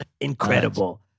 Incredible